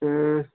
ہوں